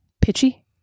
pitchy